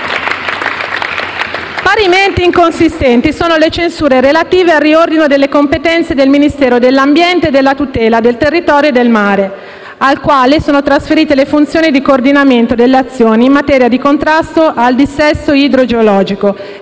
Parimenti inconsistenti sono le censure relative al riordino delle competenze del Ministero dell'ambiente e della tutela del territorio e del mare, al quale sono trasferite le funzioni di coordinamento delle azioni in materia di contrasto al dissesto idrogeologico,